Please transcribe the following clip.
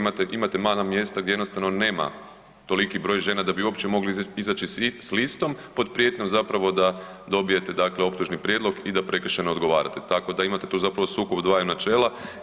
Imate manja mjesta gdje jednostavno nema toliki broj žena da bi uopće mogli izaći s listom pod prijetnjom da dobijete optužni prijedlog i da prekršajno odgovarate, tako da imate tu sukob dvaju načela.